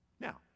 Now